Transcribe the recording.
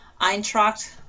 Eintracht